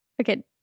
Okay